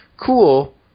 cool